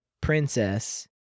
princess